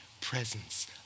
presence